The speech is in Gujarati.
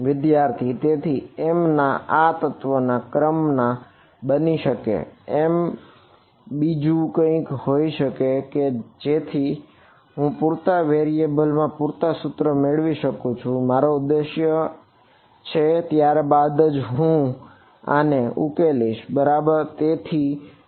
વિદ્યાર્થી તેથી m એ તત્વના ક્રમ ના બની શકે m બુજુ કંઈક હોઈ શકે કે જેથી હું પૂરતા વેરીએબલ માં પૂરતા સૂત્રો મેળવી શકું તે મારો ઉદેશ્ય છે ત્યારબાદ જ હું આ ને ઉકેલી શકીશ બરાબર